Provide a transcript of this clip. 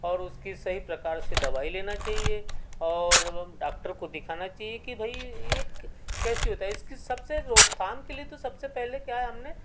और उसकी सही प्रकार से दवाई लेना चाहिए और डॉक्टर को दिखाना चहिए कि भाई एक कैसे होता है इसकी सबसे रोकथाम के लिए तो सबसे पहले क्या है हमने